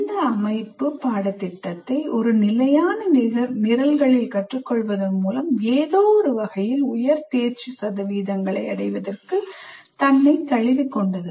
இந்த அமைப்பு பாடத்திட்டத்தை ஒரு நிலையான நிரல்களில் கற்றுக்கொள்வதன் மூலம் ஏதோ ஒரு வகையில் உயர் தேர்ச்சி சதவீதங்களை அடைவதற்கு தன்னைத் தழுவிக்கொண்டது